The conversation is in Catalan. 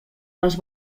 les